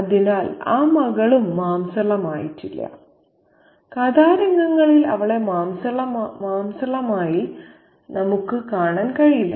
അതിനാൽ ആ മകളും മാംസളമായിട്ടില്ല കഥാ രംഗങ്ങളിൽ അവളെ മാംസളമായി നമുക്ക് കാണാൻ കഴിയില്ല